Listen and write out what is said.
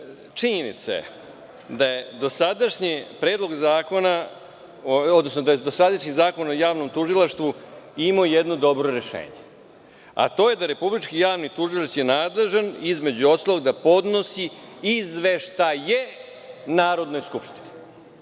odnosno dosadašnji Zakon o javnom tužilaštvu imao jedno dobro rešenje, a to je da je republički javni tužilac nadležan, između ostalog, da podnosi izveštaje Narodnoj skupštini,